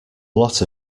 lot